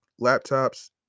laptops